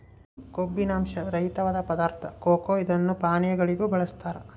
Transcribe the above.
ಕಬ್ಬಿನಾಂಶ ರಹಿತವಾದ ಪದಾರ್ಥ ಕೊಕೊ ಇದನ್ನು ಪಾನೀಯಗಳಿಗೂ ಬಳಸ್ತಾರ